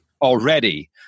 already